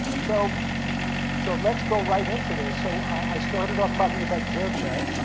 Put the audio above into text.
so so let's go right into this. so i started off talking about zergnet,